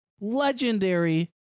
legendary